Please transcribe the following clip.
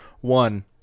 One